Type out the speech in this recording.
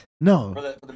No